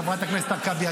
חברת הכנסת הרכבי.